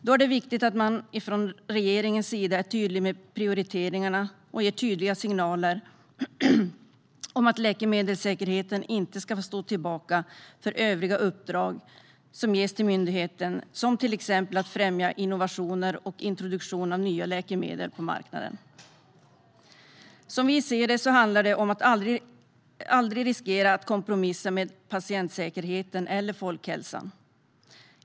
Då är det viktigt att man från regeringens sida är tydlig med prioriteringarna och ger tydliga signaler om att läkemedelssäkerheten inte ska få stå tillbaka för övriga uppdrag som ges till myndigheten, som till exempel att främja innovationer och introduktion av nya läkemedel på marknaden. Som vi ser det handlar det om att aldrig riskera att kompromissa med patientsäkerheten eller folkhälsan.